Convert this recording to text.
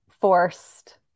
forced